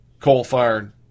coal-fired